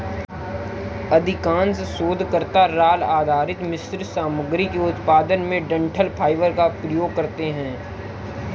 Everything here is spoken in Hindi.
अधिकांश शोधकर्ता राल आधारित मिश्रित सामग्री के उत्पादन में डंठल फाइबर का उपयोग करते है